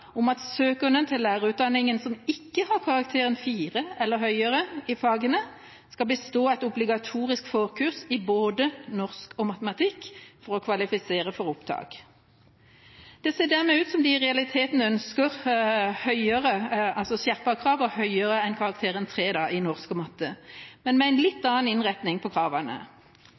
om at søkerne til lærerutdanninga som ikke har karakteren 4 eller høyere i disse fagene, skal bestå et obligatorisk forkurs i både norsk og matematikk for å kvalifisere for opptak. Det ser dermed ut som de i realiteten ønsker skjerpede krav – høyere enn karakteren 3 i norsk og matematikk – men med en litt